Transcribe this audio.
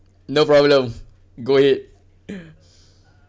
no problem go ahead